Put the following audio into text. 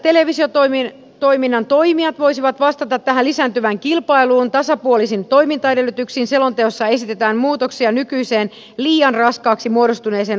jotta maanpäälliset televisiotoiminnan toimijat voisivat vastata tähän lisääntyvään kilpailuun tasapuolisin toimintaedellytyksin selonteossa esitetään muutoksia nykyiseen liian raskaaksi muodostuneeseen ohjelmistolupajärjestelmään